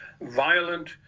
violent